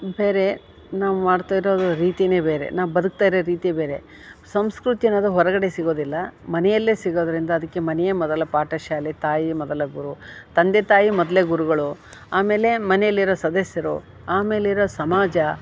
ಬೇರೆ ನಾವು ಮಾಡ್ತಾಯಿರೋ ರೀತಿನೇ ಬೇರೆ ನಾವು ಬದುಕ್ತಾ ಇರೋ ರೀತಿ ಬೇರೆ ಸಂಸ್ಕೃತಿ ಅನ್ನೋದು ಹೊರಗಡೆ ಸಿಗೋದಿಲ್ಲ ಮನೆಯಲ್ಲೇ ಸಿಗೋದರಿಂದ ಅದಕ್ಕೆ ಮನೆಯೇ ಮೊದಲ ಪಾಠ ಶಾಲೆ ತಾಯಿಯೇ ಮೊದಲ ಗುರು ತಂದೆ ತಾಯಿ ಮೊದ್ಲೆ ಗುರುಗಳು ಆಮೇಲೆ ಮನೆಯಲ್ಲಿರೋ ಸದಸ್ಯರು ಆಮೇಲಿರೋ ಸಮಾಜ